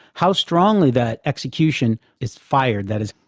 how strongly that execution is fired, that is,